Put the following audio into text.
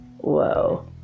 whoa